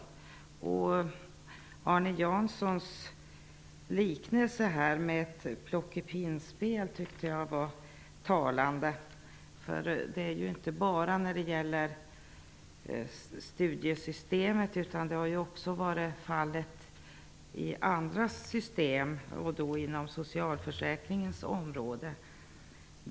Arne Janssons liknelse med ett plockepinnspel tyckte jag var talande. Detta gäller inte bara studiesystemet. Det har också varit fallet i andra system, och då inom socialförsäkringens område.